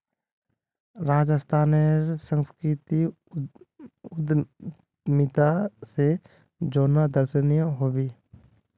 राजस्थानेर संस्कृतिक उद्यमिता स जोड़ना दर्शनीय ह बे